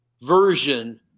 version